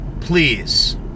please